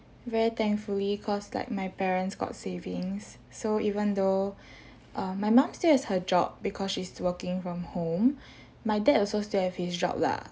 very thankfully cause like my parents got savings so even though err my mum still has her job because she's working from home my dad also still have his job lah